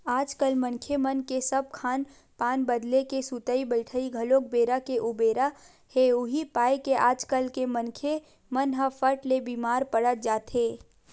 आजकल मनखे मन के सब खान पान बदले हे सुतई बइठई घलोक बेरा के उबेरा हे उहीं पाय के आजकल के मनखे मन ह फट ले बीमार पड़ जाथे